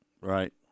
Right